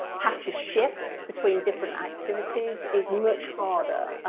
have to shift between different activities is much harder,